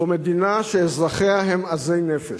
זו מדינה שאזרחיה הם עזי נפש.